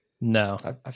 No